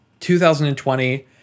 2020